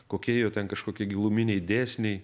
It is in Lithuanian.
kokie jo ten kažkokie giluminiai dėsniai